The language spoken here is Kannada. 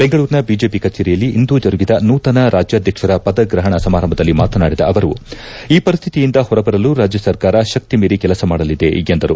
ಬೆಂಗಳೂರಿನ ಬಿಜೆಪಿ ಕಚೇರಿಯಲ್ಲಿ ಇಂದು ಜರುಗಿದ ನೂತನ ರಾಜ್ಯಾಧ್ಯಕ್ಷರ ಪದಗ್ರಪಣ ಸಮಾರಂಭದಲ್ಲಿ ಮಾತನಾಡಿದ ಅವರು ಈ ಪರಿಸ್ಥಿತಿಯಿಂದ ಹೊರಬರಲು ರಾಜ್ಯ ಸರ್ಕಾರ ಶಕ್ತಿ ಮೀರಿ ಕೆಲಸ ಮಾಡಲಿದೆ ಎಂದರು